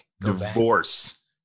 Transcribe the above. divorce